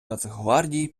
нацгвардії